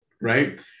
Right